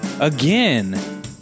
Again